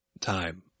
time